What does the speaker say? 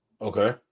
Okay